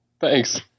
Thanks